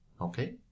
okay